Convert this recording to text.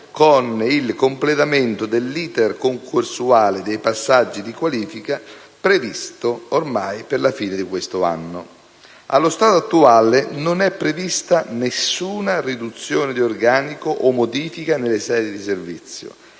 con il completamento dell'*iter* concorsuale dei passaggi di qualifica, previsto ormai per la fine di quest'anno. Allo stato attuale, non è prevista nessuna riduzione dì organico o modifica nelle sedi di servizio,